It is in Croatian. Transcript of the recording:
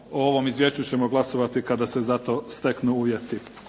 O ovom izvješću ćemo glasovati kada se za to steknu uvjeti.